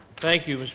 thank you,